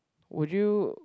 would you